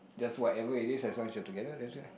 just whatever it is as long as you are together that's it lah